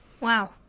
Wow